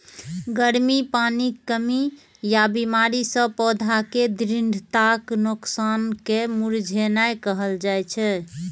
गर्मी, पानिक कमी या बीमारी सं पौधाक दृढ़ताक नोकसान कें मुरझेनाय कहल जाइ छै